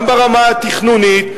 גם ברמה התכנונית,